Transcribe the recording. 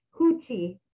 hoochie